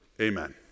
Amen